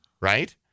Right